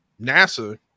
NASA